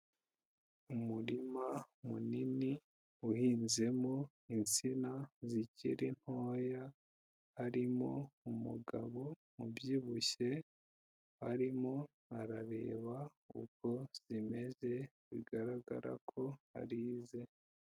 Umurima munini uhinzemo insina zikiri ntoya, harimo umugabo ubyibushye arimo arareba uko zimeze bigaragara ko ari ize.